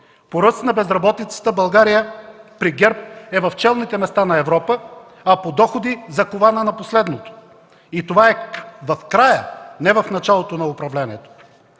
По ръст на безработица България при ГЕРБ е в челните места на Европа, а по доходи – закована на последното. Това е в края, а не в началото на управлението.